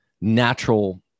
natural